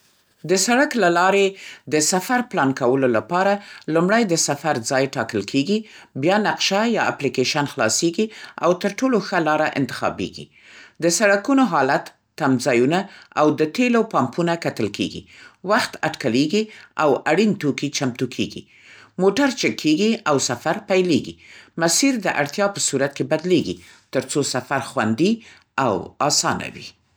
د سړک له لارې د سفر پلان کولو لپاره، لومړی د سفر ځای ټاکل کېږي. بیا نقشه یا اپلیکیشن خلاصېږي او تر ټولو ښه لاره انتخابېږي. د سړکونو حالت، تم ځایونه، او د تېلو پمپونه کتل کېږي. وخت اټکلېږي او اړین توکي چمتو کېږي. موټر چک کېږي، او سفر پیلېږي. مسیر د اړتیا په صورت کې بدلېږي، تر څو سفر خوندي او اسانه وي